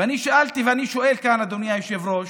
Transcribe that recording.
ואני שאלתי, ואני שואל כאן, אדוני היושב-ראש: